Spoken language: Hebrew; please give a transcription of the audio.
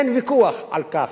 אין ויכוח על כך,